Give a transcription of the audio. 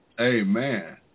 Amen